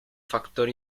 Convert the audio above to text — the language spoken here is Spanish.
factor